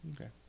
Okay